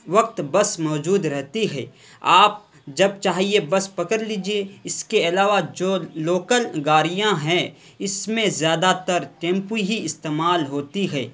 وقت بس موجود رہتی ہے آپ جب چاہیے بس پکڑ لیجیے اس کے علاوہ جو لوکل گاڑیاں ہیں اس میں زیادہ تر تیمپو ہی استعمال ہوتی ہے